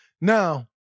Now